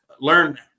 learn